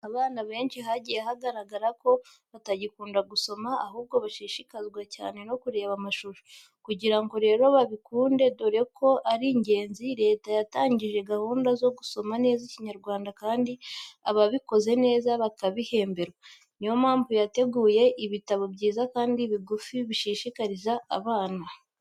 Abana benshi hagiye hagaragara ko batagikunda gusoma ahubwo bashishikazwa cyane no kureba amashusho. Kugira ngo rero babikunde dore ko ari ngenzi, leta yatangije gahunda zo gusoma neza Ikinyarwanda kandi ababikoze neza bakabihemberwa. Niyo mpamvu yateguye ibitabo byiza kandi bigufi bishishikaza abana.